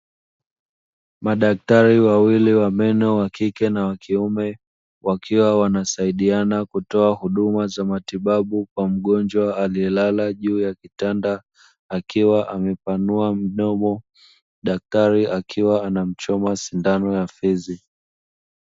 Madaktari wawili wa meno wa kike na wa kiume, wakiwa wanasaidiana kutoa huduma za matibabu kwa mgonjwa aliyelala juu ya kitanda, akiwa amepanua mdomo. Daktari akiwa anamchoma sindano ya fizi.